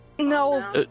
No